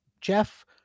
Jeff